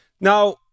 Now